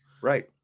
Right